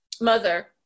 mother